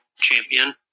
champion